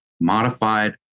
modified